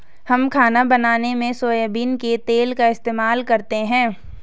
हम खाना बनाने में सोयाबीन के तेल का इस्तेमाल करते हैं